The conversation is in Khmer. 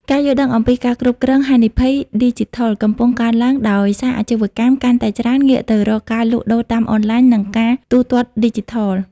ការយល់ដឹងអំពីការគ្រប់គ្រងហានិភ័យឌីជីថល កំពុងកើនឡើង ដោយសារអាជីវកម្មកាន់តែច្រើនងាកទៅរកការលក់ដូរតាមអនឡាញ និងការទូទាត់ឌីជីថល។